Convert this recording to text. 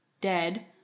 dead